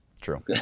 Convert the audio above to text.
True